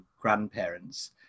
grandparents